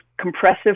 compressive